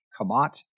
kamat